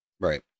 Right